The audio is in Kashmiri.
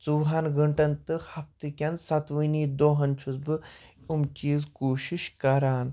ژُوہن گٲنٛٹن تہٕ ہفتہٕ کٮ۪ن سَتوٕنی دۄہن چھُس بہٕ أمۍ چیٖز کوٗشِش کران